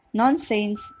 nonsense